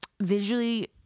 visually